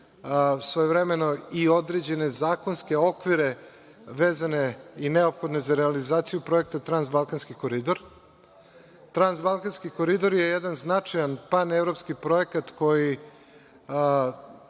svojevremeno i određene zakonske okvire vezane i neophodne za realizaciju projekta „Transbalkanski koridor“. „Transbalkanski koridor“ je jedan značajan panevropski projekat koji